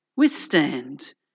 Withstand